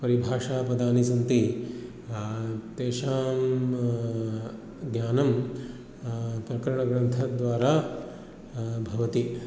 परिभाषापदानि सन्ति तेषां ज्ञानं प्रकरणग्रन्थद्वारा भवति